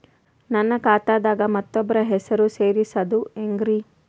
ನನ್ನ ಖಾತಾ ದಾಗ ಮತ್ತೋಬ್ರ ಹೆಸರು ಸೆರಸದು ಹೆಂಗ್ರಿ?